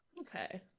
okay